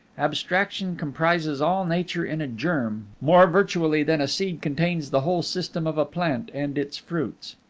abstraction comprises all nature in a germ, more virtually than a seed contains the whole system of a plant and its fruits.